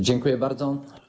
Dziękuję bardzo.